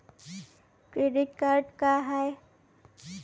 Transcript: Credit card का हाय?